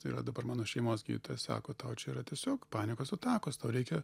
tai yra dabar mano šeimos gydytojas sako tau čia yra tiesiog panikos atakos tau reikia